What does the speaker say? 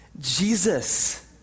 Jesus